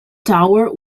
tower